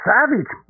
Savage